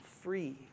free